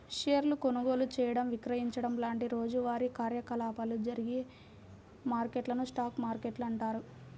షేర్ల కొనుగోలు చేయడం, విక్రయించడం లాంటి రోజువారీ కార్యకలాపాలు జరిగే మార్కెట్లను స్టాక్ మార్కెట్లు అంటారు